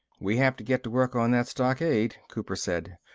we have to get to work on that stockade, cooper said.